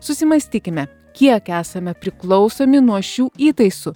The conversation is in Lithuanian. susimąstykime kiek esame priklausomi nuo šių įtaisų